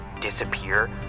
disappear